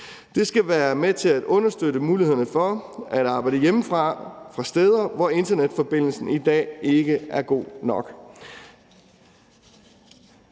Det skal være med til at understøtte mulighederne for at arbejde hjemmefra fra steder, hvor internetforbindelsen i dag ikke er god nok.